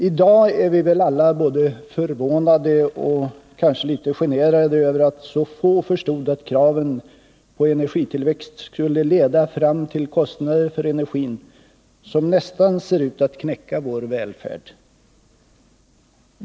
I dag är vi väl alla både förvånade och kanske litet generade över att så få förstod att kraven på energitillväxt skulle leda fram till kostnader för energin som nästan ser ut att knäcka vår välfärd.